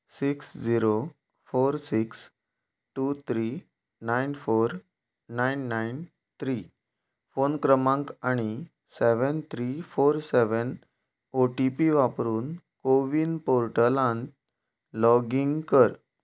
six zero four six two three nine four nine four nine nine three phone क्रमांक आनी seven three four seven O T P वापरून कोविन पोर्टलांत login कर